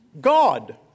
God